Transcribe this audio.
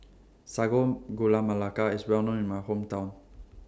Sago Gula Melaka IS Well known in My Hometown